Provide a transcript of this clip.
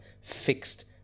fixed